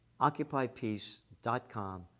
OccupyPeace.com